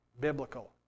biblical